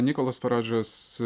nikolas faražas